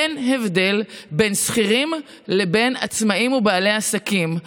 אין הבדל בין שכירים לבין עצמאים ובעלי עסקים.